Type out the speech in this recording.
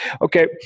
Okay